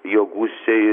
jo gūsiai